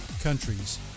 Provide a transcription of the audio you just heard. countries